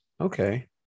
Okay